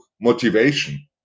motivation